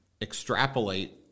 extrapolate